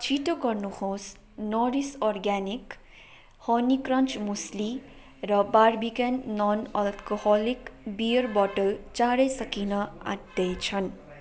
छिटो गर्नुहोस् Norris organic honey crunch muesli र बार्बिकन नन अल्कोहोलिक बियर बोतल चाँडै सकिन आँट्दैछन्